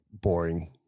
boring